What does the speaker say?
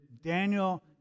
Daniel